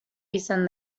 izan